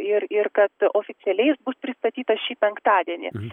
ir ir kad oficialiai jis bus pristatytas šį penktadienį